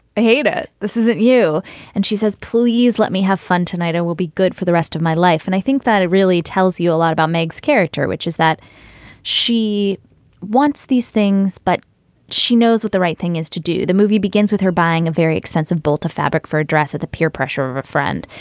hate it. this isn't you and she says, please let me have fun tonight. i will be good for the rest of my life. and i think that it really tells you a lot about meg's character, which is that she wants these things, but she knows what the right thing is to do. the movie begins with her buying a very expensive bolt of fabric for a dress at the peer pressure of a friend.